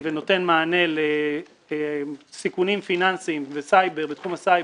ונותן מענה לסיכונים פיננסיים וסייבר ותחום הסייבר,